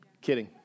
Kidding